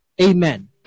Amen